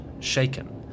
Shaken